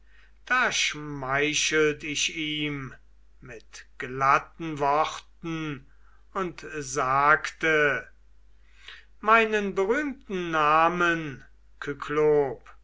da schmeichelt ich ihm mit glatten worten und sagte meinen berühmten namen